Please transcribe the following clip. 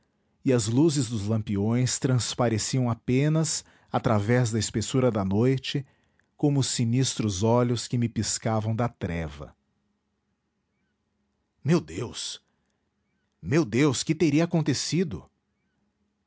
e as luzes dos lampiões transpareciam apenas através da espessura da noite como sinistros olhos que me piscavam da treva meu deus meu deus que teria acontecido